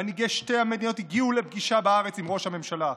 מנהיגי שתי המדינות הגיעו לפגישה בארץ עם ראש הממשלה.